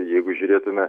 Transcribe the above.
jeigu žiūrėtume